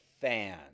fan